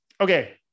Okay